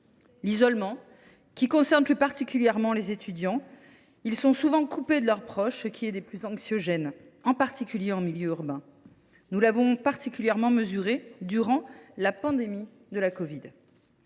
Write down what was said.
L’isolement concerne plus particulièrement les étudiants, qui sont souvent coupés de leurs proches. C’est très anxiogène, en particulier en milieu urbain. Nous l’avons mesuré durant la pandémie de la covid